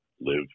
live